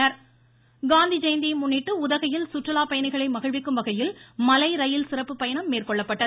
மலை ரயில் காந்தி ஜெயந்தியை முன்னிட்டு உதகையில் சுற்றுலா பயணிகளை மகிழ்விக்கும் வகையில் மலை ரயிலில் சிறப்பு பயணம் மேற்கொள்ளப்பட்டது